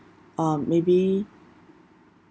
um maybe